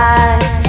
eyes